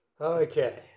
Okay